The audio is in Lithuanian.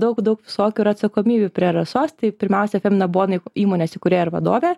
daug daug visokių yra atsakomybių prie rasos tai pirmiausia kam femina bona įmonės įkūrėja ir vadovė